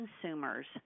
consumers